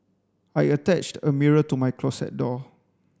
I attached a mirror to my closet door